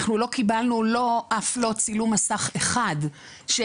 אנחנו לא קיבלנו אף לא צילום מסך אחד של